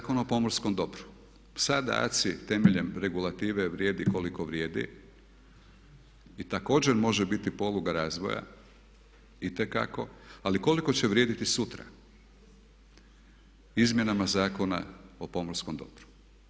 Zakon o pomorskom dobru, sada ACI temeljem regulative vrijedi koliko vrijedi i također može biti poluga razvoja itekako, ali koliko će vrijediti sutra izmjenama Zakona o pomorskom dobru?